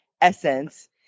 essence